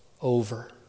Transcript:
over